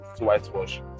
whitewash